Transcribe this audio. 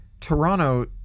Toronto